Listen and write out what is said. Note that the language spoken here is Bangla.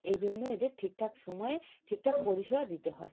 এই জন্য এদের ঠিকঠাক সময়ে ঠিকঠাক পরিষেবা দিতে হয়